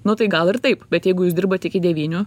nu tai gal ir taip bet jeigu jūs dirbat iki devynių